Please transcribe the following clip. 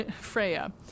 Freya